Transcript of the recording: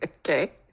okay